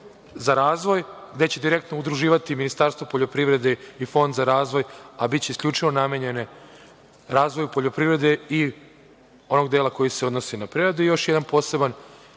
za razvoj, gde će direktno udruživati Ministarstvo poljoprivrede i Fond za razvoj, a biće isključivo namenjene razvoju poljoprivrede i onog dela koji se odnosi na preradu, još jedan poseban